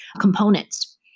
components